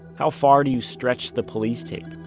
how far do you stretch the police tape?